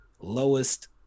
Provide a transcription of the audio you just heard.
lowest